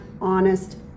honest